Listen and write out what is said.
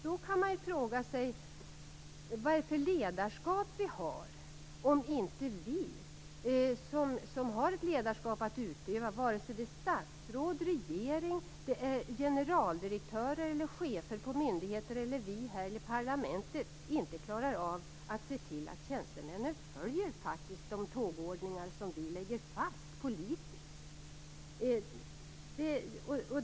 Då kan man fråga sig: Vad är det för ledarskap vi har om inte vi som har ett ledarskap att utöva, vare sig vi är statsråd, regering, generaldirektörer, chefer på myndigheter eller ledamöter här i parlamentet, klarar av att se till att tjänstemännen följer de tågordningar som vi lägger fast politiskt?